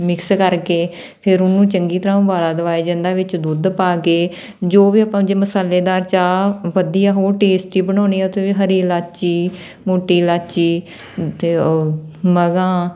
mix ਕਰਕੇ ਫਿਰ ਉਹਨੂੰ ਚੰਗੀ ਤਰ੍ਹਾਂ ਉਬਾਲਾ ਦਿਵਾਇਆ ਜਾਂਦਾ ਵਿੱਚ ਦੁੱਧ ਪਾ ਕੇ ਜੋ ਵੀ ਆਪਾਂ ਜੇ ਮਸਾਲੇਦਾਰ ਚਾਹ ਵਧੀਆ ਹੋਰ ਟੇਸਟੀ ਬਣਾਉਣੀ ਆ ਤਾਂ ਹਰੀ ਇਲਾਇਚੀ ਮੋਟੀ ਇਲਾਇਚੀ ਅਤੇ ਮਗਹਾਂ